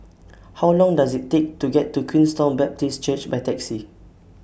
How Long Does IT Take to get to Queenstown Baptist Church By Taxi